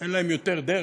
שאין להם יותר דרך,